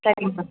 சரிங்க